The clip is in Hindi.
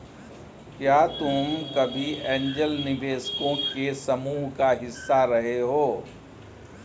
क्या तुम कभी ऐन्जल निवेशकों के समूह का हिस्सा रहे हो?